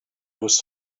was